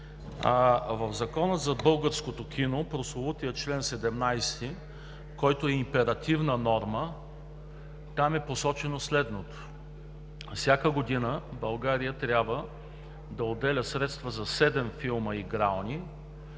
В Закона за българското кино, прословутият чл. 17, който е императивна норма, е посочено следното: „Всяка година България трябва да отделя средства за седем филма игрални,